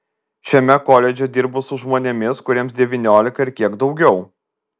šiame koledže dirbu su žmonėmis kuriems devyniolika ir kiek daugiau